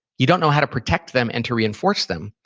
you don't know how to protect them and to reinforce them.